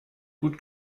gut